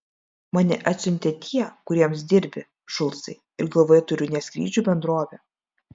mane atsiuntė tie kuriems dirbi šulcai ir galvoje turiu ne skrydžių bendrovę